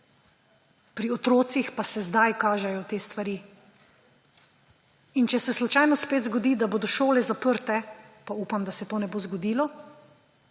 pri otrocih pa se zdaj kažejo te stvari. In če se slučajno spet zgodi, da bodo šole zaprte, pa upam, da se to ne bo zgodilo,